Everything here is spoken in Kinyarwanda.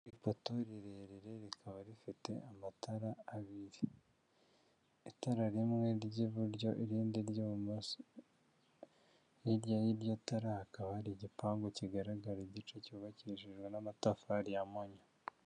Ipato rirerire rikaba rifite amatara abiri, itara rimwe ry'iburyo irindi ry'ibumoso, hirya y'iryo tara hakaba hari igipangu kigaragara igice cyubakishijwe n'amatafari ya monyo.